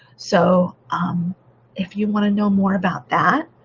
so um if you want to know more about that,